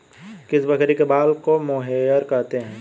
किस बकरी के बाल को मोहेयर कहते हैं?